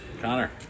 Connor